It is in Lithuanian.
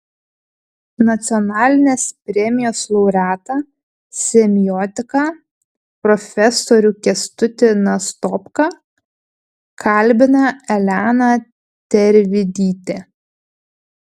nacionalinės premijos laureatą semiotiką profesorių kęstutį nastopką kalbina elena tervidytė